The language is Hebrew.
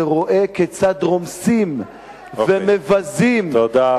שרואה כיצד רומסים ומבזים, תמיד אתה מגיע אליו.